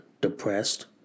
depressed